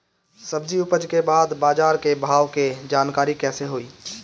सब्जी उपज के बाद बाजार के भाव के जानकारी कैसे होई?